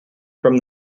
from